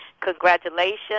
Congratulations